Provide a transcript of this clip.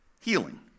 healing